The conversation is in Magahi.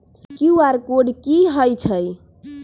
कियु.आर कोड कि हई छई?